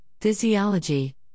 physiology